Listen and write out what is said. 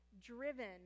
driven